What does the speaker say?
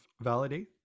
Validate